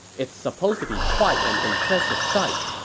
it's supposed to be quite an impressive sight,